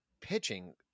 pitching